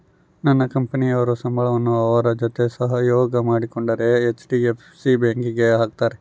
ನನ್ನ ಕಂಪನಿಯವರು ಸಂಬಳವನ್ನ ಅವರ ಜೊತೆ ಸಹಯೋಗ ಮಾಡಿಕೊಂಡಿರೊ ಹೆಚ್.ಡಿ.ಎಫ್.ಸಿ ಬ್ಯಾಂಕಿಗೆ ಹಾಕ್ತಾರೆ